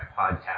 podcast